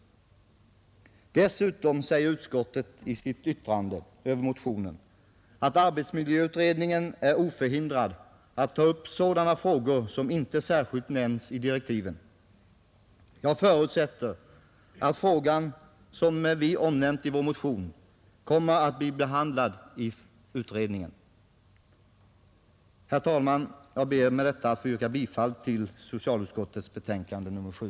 Dessutom säger utskottet i sitt yttrande över motionen att arbetsmiljöutredningen är oförhindrad att ta upp sådana frågor som inte särskilt nämns i direktiven. Jag förutsätter att den fråga som vi omnämnt i vår motion kommer att bli behandlad i utredningen. Herr talman! Jag ber att med dessa ord få yrka bifall till socialutskottets hemställan i dess betänkande nr 7.